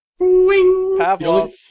Pavlov